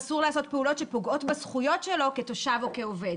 אסור לעשות פעולות שפוגעות בזכויות שלו כתושב או כעובד.